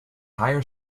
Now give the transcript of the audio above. higher